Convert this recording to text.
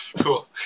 cool